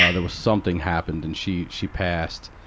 ah there was something happened and she, she passed.